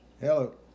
Hello